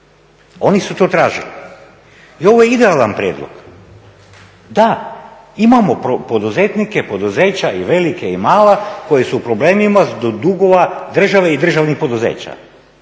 Oni su to tražili i ovo je idealan prijedlog. Da, imamo poduzetnike, poduzeća i velika i mala koji su u problemima zbog dugova države i državnih poduzeća.